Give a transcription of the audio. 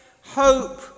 hope